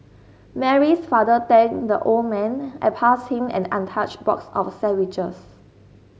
Mary's father thanked the old man and passed him an untouched box of sandwiches